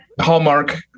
Hallmark